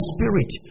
Spirit